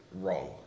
wrong